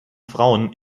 frauen